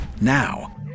Now